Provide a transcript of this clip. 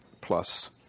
plus